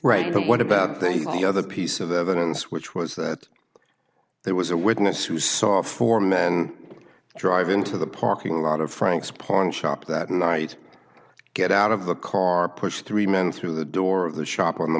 right what about things like the other piece of evidence which was that there was a witness who saw four men drive into the parking lot of frank's pawnshop that night get out of the car push three men through the door of the shop in the